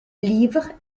livres